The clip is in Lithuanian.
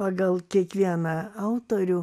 pagal kiekvieną autorių